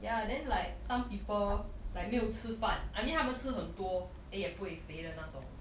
ya then like some people like 没有吃饭 I mean 他们吃很多 then 也不会肥的那种